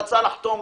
רצה לחתום,